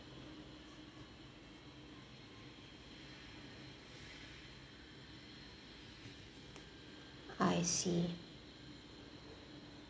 I see